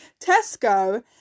Tesco